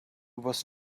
was